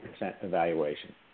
evaluation